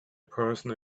person